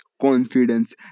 confidence